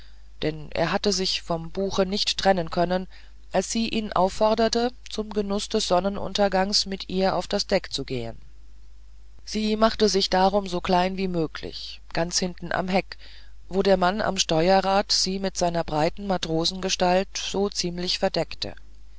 denn er hatte sich vom buche nicht trennen können als sie ihn aufforderte zum genuß des sonnenunterganges mit ihr auf das deck zu gehen sie machte sich darum so klein wie möglich ganz hinten am heck wo der mann am steuerrad sie mit seiner breiten matrosengestalt so ziemlich verdeckte